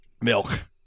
Milk